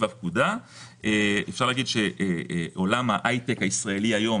הפקודה אפשר להגיד שעולם ההייטק הישראלי היום